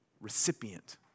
recipient